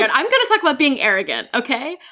and i'm gonna talk about being arrogant. okay?